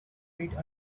wait